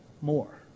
more